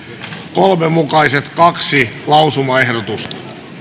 kolme mukaiset kaksi lausumaehdotusta